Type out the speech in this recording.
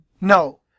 No